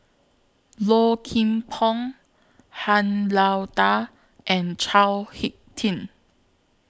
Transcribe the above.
Low Kim Pong Han Lao DA and Chao Hick Tin